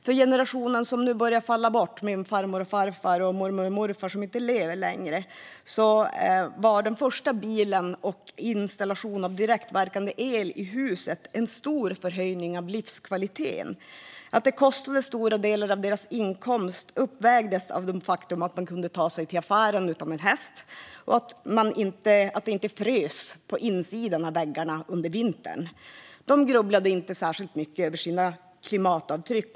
För generationen som nu börjar falla bort - min farmor och farfar och mormor och morfar som inte lever längre - var den första bilen och installation av direktverkande el i huset en stor förhöjning av livskvaliteten. Att det kostade stora delar av deras inkomst uppvägdes av det faktum att man kunde ta sig till affären utan en häst och att det inte frös på insidan av väggarna under vintern. De grubblade inte särskilt mycket över sina klimatavtryck.